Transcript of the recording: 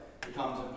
becomes